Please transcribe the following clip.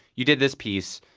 you did this piece.